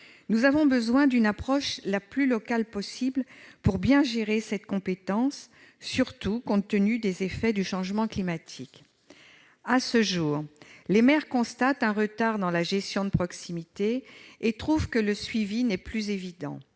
Nous avons besoin d'une approche qui soit la plus locale possible, pour bien gérer cette compétence, surtout compte tenu des effets du changement climatique. À ce jour, les maires constatent un retard dans la gestion de proximité et trouvent que le suivi n'est plus évident.